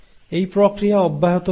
এই প্রক্রিয়া অব্যাহত থাকে